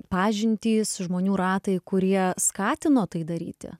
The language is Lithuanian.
pažintys žmonių ratai kurie skatino tai daryti